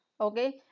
okay